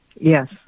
Yes